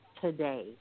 today